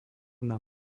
nám